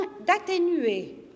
d'atténuer